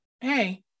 hey